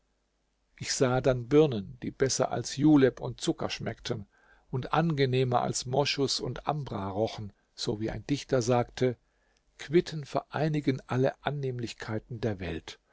ich sah dann birnen die besser als julep und zucker schmeckten und angenehmer als moschus und ambra rochen so wie ein dichter sagte quitten vereinigen alle annehmlichkeiten der welt